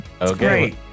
Okay